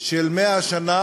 של 100 השנה,